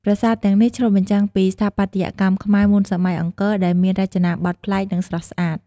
ប្រាសាទទាំងនេះឆ្លុះបញ្ចាំងពីស្ថាបត្យកម្មខ្មែរមុនសម័យអង្គរដែលមានរចនាបថប្លែក និងស្រស់ស្អាត។